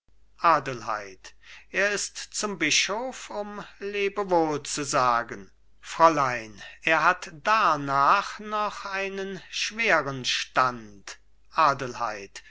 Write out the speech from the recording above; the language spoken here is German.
adelheid er ist zum bischof um lebewohl zu sagen fräulein er hat darnach noch einen schweren stand adelheid